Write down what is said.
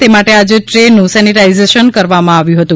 તે માટે આજે ટ્રેનનું સેનિટાઇઝેશન કરવામાં આવ્યું હતું